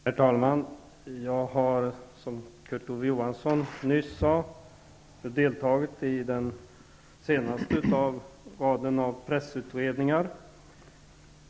Herr talman! Jag har, som Kurt Ove Johansson nyss sade, deltagit i den senaste i raden av pressutredningar.